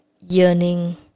yearning